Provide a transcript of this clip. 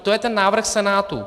To je ten návrh Senátu.